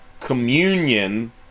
communion